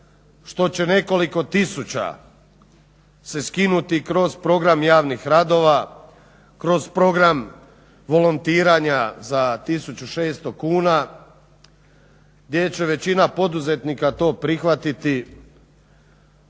što će nekoliko tisuća se skinuti kroz program javnih radova, kroz program volontiranja za 1600 kuna gdje će većina poduzetnika to prihvatiti,